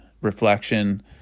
reflection